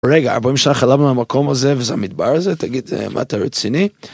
רגע, ארבעים שנה חלמנו על המקום הזה, וזה המדבר הזה? תגיד, מה אתה רציני?